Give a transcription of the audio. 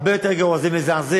הרבה יותר גרוע, זה מזעזע.